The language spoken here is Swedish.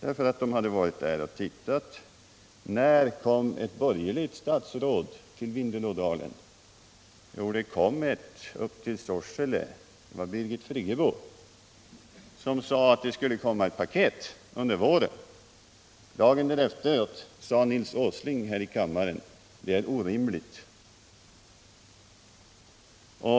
Jag vill fråga: När kom ett borgerligt statsråd till Vindelådalen? Jo, det kom ett upp till Sorsele. Det var Birgit Friggebo. Hon sade då att det skulle komma ett sysselsättningspaket under våren. Dagen därpå sade Nils Åsling här i kammaren: Det är orimligt!